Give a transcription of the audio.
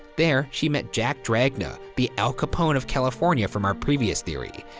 there, she met jack dragna, the al capone of california from our previous theory.